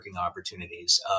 opportunities